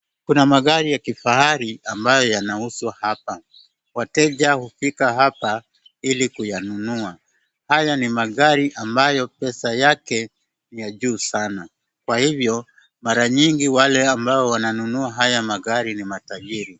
Kuna magari ya kifahari ambayo yanauzwa hapa. wateja hufika hapa ili kuyanunua. Haya ni magari ambayo pesa yake ni ya juu sana, kwa hivyo mara nyingi wale ambao wanunua haya magari ni matajiri.